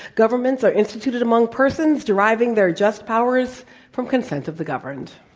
governments are instituted among persons, deriving their just powers from consent of the governed.